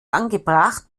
angebracht